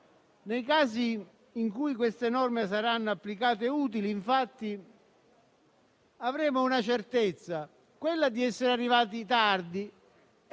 Nei casi in cui queste norme saranno applicate e utili, infatti, avremo la certezza di essere arrivati tardi